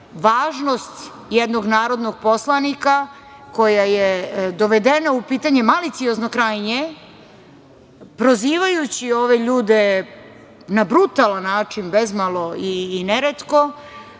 važnost jednog narodnog poslanika, koja je dovedena u pitanje maliciozno krajnje, prozivajući ove ljude na brutalan način, bezmalo i neretko,